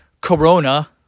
Corona